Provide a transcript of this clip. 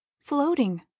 floating